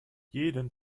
jeden